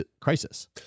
crisis